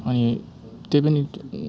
अनि त्यही पनि